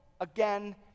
again